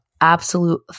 absolute